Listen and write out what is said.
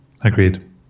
Agreed